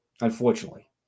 unfortunately